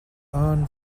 earn